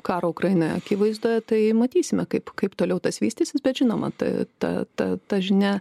karo ukrainoje akivaizdoje tai matysime kaip kaip toliau tas vystysis bet žinoma ta ta ta ta žinia